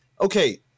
Okay